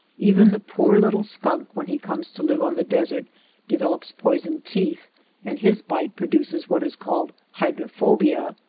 even the poor little skunk when he comes to live on the desert de velops poisoned teeth and his bite produces what is called hydrophobia.